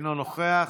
אינו נוכח,